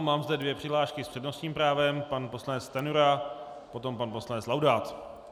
Mám zde dvě přihlášky s přednostním právem: pan poslanec Stanjura, potom pan poslanec Laudát.